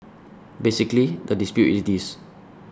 basically the dispute is this